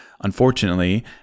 unfortunately